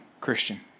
Christian